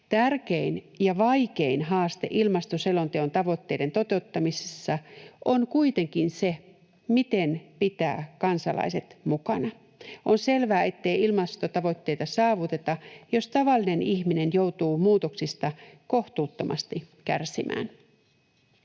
Tärkein ja vaikein haaste ilmastoselonteon tavoitteiden toteuttamisessa on kuitenkin se, miten pitää kansalaiset mukana. On selvää, ettei ilmastotavoitteita saavuteta, jos tavallinen ihminen joutuu muutoksista kohtuuttomasti kärsimään.